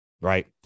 right